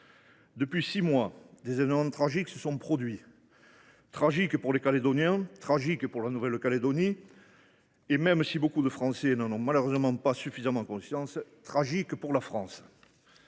Depuis six mois, des événements tragiques se sont produits. Tragiques pour les Calédoniens, tragiques pour la Nouvelle Calédonie et, même si de nombreux Français n’en ont malheureusement pas suffisamment conscience, tragiques pour la France.